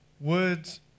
Words